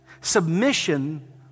Submission